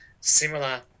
similar